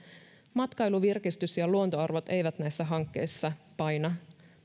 matkailu virkistys ja luontoarvot eivät näissä hankkeissa paina